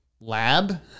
lab